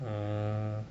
oh